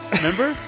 remember